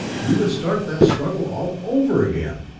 you would start that struggle all over again!